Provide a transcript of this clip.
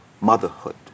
motherhood